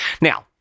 Now